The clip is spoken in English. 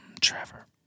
Trevor